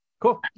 cool